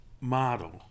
model